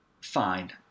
fine